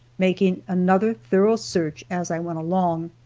making another thorough search as i went along.